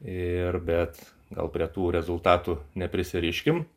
ir bet gal prie tų rezultatų neprisiriškim